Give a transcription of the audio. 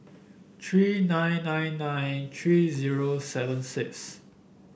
three nine nine nine three zero seven six